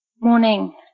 Morning